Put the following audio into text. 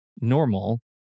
normal